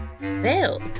Bill